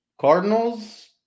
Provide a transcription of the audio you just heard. Cardinals